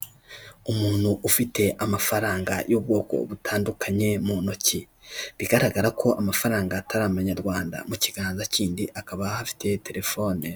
Umuntu ufite amafaranga y'ubwoko butandukanye mu ntoki, bigaragara ko amafaranga atari amanyarwanda mu kiganza kindi akaba ahafite telefone.